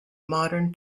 modern